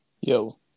Yo